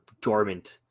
dormant